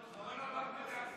אתה הופך להיות חריג בכנסת.